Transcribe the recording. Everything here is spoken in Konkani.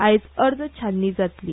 आयज अर्ज छाननी जातली